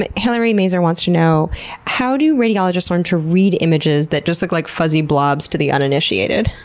but hillary mazer wants to know how do radiologists learn to read images that just look like fuzzy blobs to the uninitiated?